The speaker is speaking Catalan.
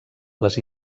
les